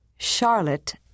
Charlotte